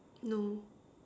no